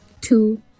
two